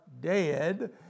dead